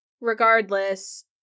Regardless